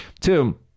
two